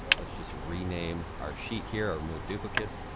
let's just rename our sheet here, our remove duplicates.